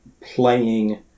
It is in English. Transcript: playing